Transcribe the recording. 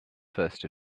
first